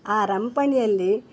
ಆ ರಂಪಣಿಯಲ್ಲಿ